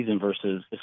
versus